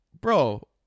bro